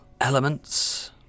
Elements